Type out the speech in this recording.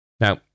Now